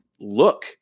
look